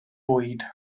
bwyd